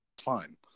fine